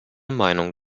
meinung